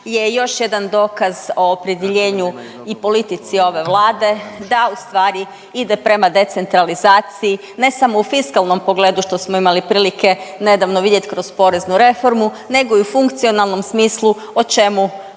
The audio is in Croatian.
je još jedan dokaz o opredjeljenju i politici ove Vlade da ustvari ide prema decentralizaciji, ne samo u fiskalnom pogledu, što smo imali prilike nedavno vidjeti kroz poreznu reformu, nego i u funkcionalnom smislu, o čemu